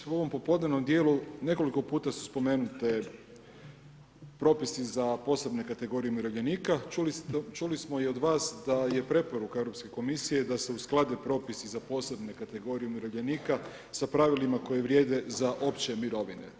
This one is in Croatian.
Kolega Mrsić, u ovom popodnevnom dijelu nekoliko puta su spomenute propisi za posebne kategorije umirovljenika, čuli smo i od vas da je preporuka Europske komisije da se usklade propisi za posebne kategorije umirovljenika sa pravilima koji vrijede za opće mirovine.